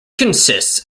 consists